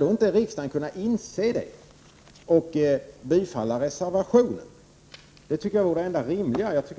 inte skall kunna inse detta och bifalla reservationen? Det tycker jag vore det enda rimliga.